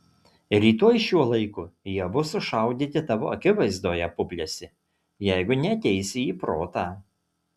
rytoj šiuo laiku jie bus sušaudyti tavo akivaizdoje puplesi jeigu neateisi į protą